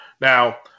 Now